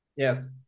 Yes